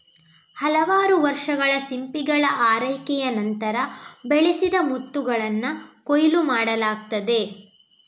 ಹಲವಾರು ವರ್ಷಗಳ ಸಿಂಪಿಗಳ ಆರೈಕೆಯ ನಂತರ, ಬೆಳೆಸಿದ ಮುತ್ತುಗಳನ್ನ ಕೊಯ್ಲು ಮಾಡಲಾಗ್ತದೆ